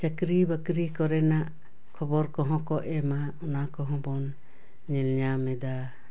ᱪᱟᱹᱠᱨᱤ ᱵᱟᱹᱠᱨᱤ ᱠᱚᱨᱮᱱᱟᱜ ᱠᱷᱚᱵᱚᱨ ᱠᱚᱦᱚᱸᱠᱚ ᱮᱢᱟ ᱚᱱᱟᱠᱚᱦᱚᱸ ᱵᱚᱱ ᱧᱮᱞ ᱧᱟᱢ ᱮᱫᱟ